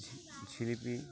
jalebi